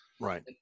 Right